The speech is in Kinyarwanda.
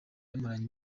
bamaranye